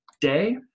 day